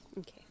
Okay